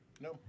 No